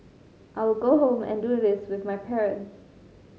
I will go home and do this with my parents